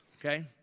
okay